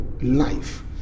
life